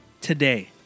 today